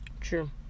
True